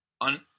On